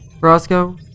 Roscoe